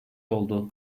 oldu